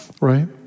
right